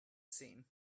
seen